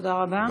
תודה רבה.